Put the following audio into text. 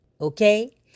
Okay